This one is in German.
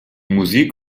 musik